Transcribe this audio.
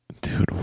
dude